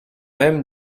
même